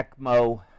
ECMO